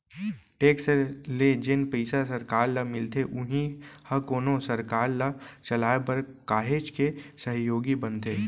tax ले जेन पइसा सरकार ल मिलथे उही ह कोनो सरकार ल चलाय बर काहेच के सहयोगी बनथे